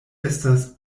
estas